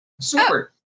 super